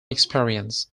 experience